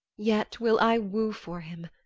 yet will i woo for him,